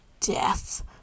death